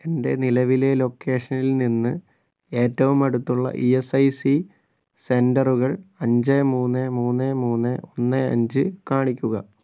എന്റെ നിലവിലെ ലൊക്കേഷനിൽ നിന്ന് ഏറ്റവും അടുത്തുള്ള ഇ എസ് ഐ സി സെൻറ്ററുകൾ അഞ്ച് മൂന്ന് മൂന്ന് മൂന്ന് ഒന്ന് അഞ്ച് കാണിക്കുക